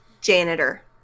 Janitor